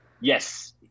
yes